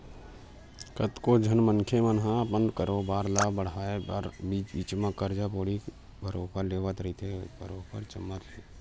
कतको झन मनखे मन ह अपन कारोबार ल बड़हाय बर बीच बीच म करजा बोड़ी बरोबर लेवत रहिथे बरोबर जमत ले